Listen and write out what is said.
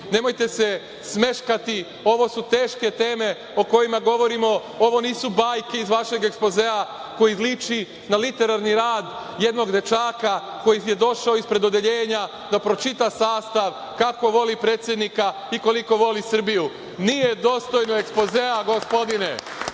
Nemojte se smeškati, ovo su teške teme o kojima govorimo. Ovo nisu bajke iz vašeg ekspozea koji liči na literalni rad jednog dečaka koji je došao ispred odeljenja da pročita sastav kako voli predsednika i koliko voli Srbiju. Nije dostojno ekspozea, gospodine. Ljudi,